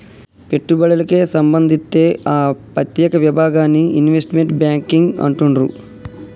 పెట్టుబడులకే సంబంధిత్తే ఆ ప్రత్యేక విభాగాన్ని ఇన్వెస్ట్మెంట్ బ్యేంకింగ్ అంటుండ్రు